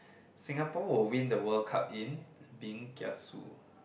Singapore will win the World Cup in being kiasu